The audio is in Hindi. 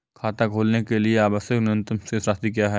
खाता खोलने के लिए आवश्यक न्यूनतम शेष राशि क्या है?